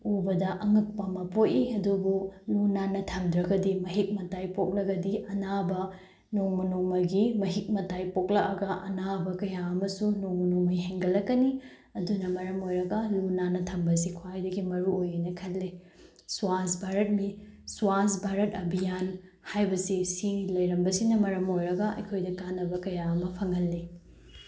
ꯎꯕꯗ ꯑꯉꯛꯄ ꯑꯃ ꯄꯣꯛꯏ ꯑꯗꯨꯕꯨ ꯂꯨ ꯅꯥꯟꯅ ꯊꯝꯗ꯭ꯔꯒꯗꯤ ꯃꯍꯤꯛ ꯃꯇꯥꯏ ꯄꯣꯛꯂꯒꯗꯤ ꯑꯅꯥꯕ ꯅꯣꯡꯃ ꯅꯣꯡꯃꯒꯤ ꯃꯍꯤꯛ ꯃꯇꯥꯏ ꯄꯣꯛꯂꯛꯑꯒ ꯑꯅꯥꯕ ꯀꯌꯥ ꯑꯃꯁꯨ ꯅꯣꯡꯃ ꯅꯣꯡꯃꯒꯤ ꯍꯦꯟꯒꯠꯂꯛꯀꯅꯤ ꯑꯗꯨꯅ ꯃꯔꯝ ꯑꯣꯏꯔꯒ ꯂꯨ ꯅꯥꯟꯅ ꯊꯝꯕꯁꯤ ꯈ꯭ꯋꯥꯏꯗꯒꯤ ꯃꯔꯨꯑꯣꯏꯌꯦꯅ ꯈꯜꯂꯤ ꯁ꯭ꯋꯥꯁ ꯚꯥꯔꯠ ꯑꯚꯤꯌꯥꯟ ꯍꯥꯏꯕꯁꯤ ꯁꯤ ꯂꯩꯔꯝꯕꯁꯤꯅ ꯃꯔꯝ ꯑꯣꯏꯔꯒ ꯑꯩꯈꯣꯏꯗ ꯀꯥꯟꯅꯕ ꯀꯌꯥ ꯑꯃ ꯐꯪꯍꯜꯂꯤ